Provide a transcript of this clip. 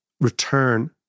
return